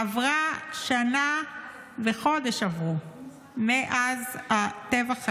עברו שנה וחודש מאז הטבח הנורא.